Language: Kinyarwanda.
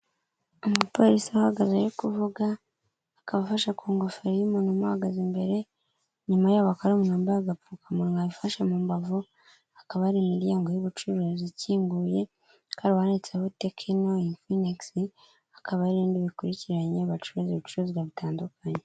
Umupolisi uhagaze ari kuvuga, akaba afasha ku ngofero y'umuntu umuhagaze imbere, inyuma yabo hakaba hari umuntu wambaye agapfukamunwa wifashe mu mbavu, hakaba hari imiryango y'ubucuruzi ikinguye, hakaba hari uwanditseho Tecno, Infinix, hakaba hari indi bikurikiranye bacuruza ibicuruzwa bitandukanye.